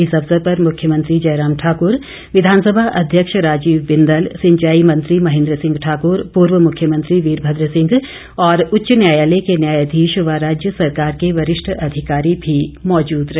इस अवसर पर मुख्यमंत्री जयराम ठाक्र विधानसभा अध्यक्ष राजीव बिंदल सिंचाई मंत्री महेंद्र सिंह ठाकुर पूर्व मुख्यमंत्री वीरभद्र सिंह और उच्च न्यायालय के न्यायधीश व राज्य सरकार के वरिष्ठ अधिकारी भी मौजूद रहे